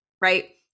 right